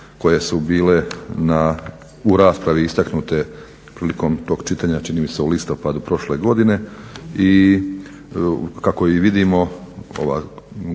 koje su bile u raspravi istaknute prilikom tog čitanja čini mi se u listopadu prošle godine